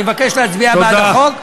אני מבקש להצביע בעד החוק,